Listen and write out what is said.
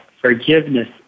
forgiveness